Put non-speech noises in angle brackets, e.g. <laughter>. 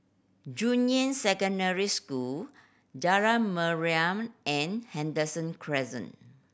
<unintelligible> Secondary School Jalan Mariam and Henderson Crescent